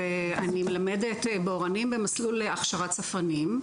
ואני מלמדת באורנים במסלול להכשרת ספרנים.